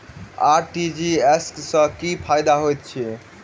RTGS सँ की फायदा होइत अछि?